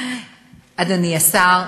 אדוני השר,